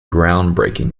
groundbreaking